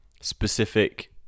specific